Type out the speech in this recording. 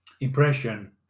impression